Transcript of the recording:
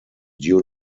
due